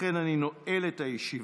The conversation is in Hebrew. לכן אני נועל את הישיבה.